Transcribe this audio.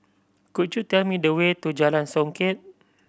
could you tell me the way to Jalan Songket